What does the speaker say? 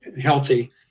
healthy